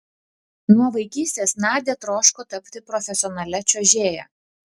nuo vaikystės nadia troško tapti profesionalia čiuožėja